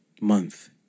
month